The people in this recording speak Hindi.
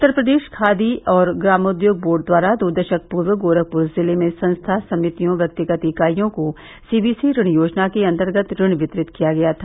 उत्तर प्रदेश खादी एंव ग्रामोद्योग बोर्ड द्वारा दो दशक पूर्व गोरखपुर जिले में संस्था समितियों व्यक्तिगत इकाइयों को सीबीसी ऋण योजना के अन्तर्गत ऋण वितरित किया गया था